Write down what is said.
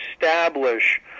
establish